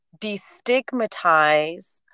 destigmatize